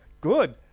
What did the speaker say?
Good